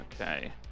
Okay